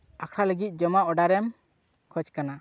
ᱟᱠᱷᱟᱲᱟ ᱞᱟᱹᱜᱤᱫ ᱡᱚᱢᱟᱜ ᱚᱰᱟᱨᱮᱢ ᱠᱷᱚᱡᱽ ᱠᱟᱱᱟ